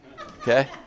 Okay